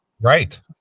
Right